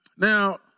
Now